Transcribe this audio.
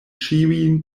ĉiujn